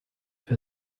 wir